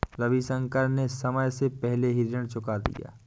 रविशंकर ने समय से पहले ही ऋण चुका दिया